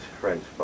French